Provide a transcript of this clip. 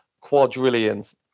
quadrillions